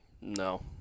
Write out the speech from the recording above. no